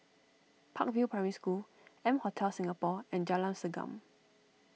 Park View Primary School M Hotel Singapore and Jalan Segam